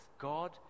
God